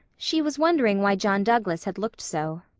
she was wondering why john douglas had looked so.